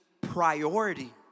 priority